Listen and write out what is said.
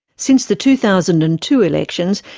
since the two thousand and two elections,